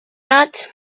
not